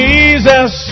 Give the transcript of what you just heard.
Jesus